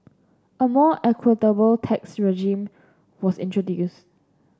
a more equitable tax regime was introduced